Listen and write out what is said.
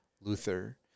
Luther